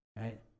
Right